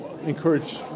encourage